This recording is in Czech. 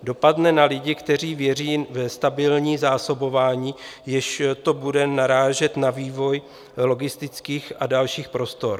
Dopadne na lidi, kteří věří ve stabilní zásobování, jež bude narážet na vývoj logistických a dalších prostor.